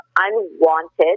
unwanted